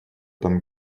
там